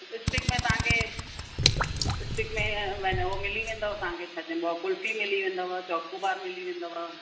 stick में तव्हांखे stick में वैन उहो मिली वेंदव तव्हांखे छा चइबो आहे कुल्फ़ी मिली वेंदव चोकोबार मिली वेंदव